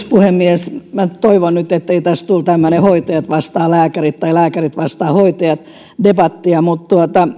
puhemies toivon nyt ettei tästä tule tämmöistä hoitajat vastaan lääkärit tai lääkärit vastaan hoitajat debattia mutta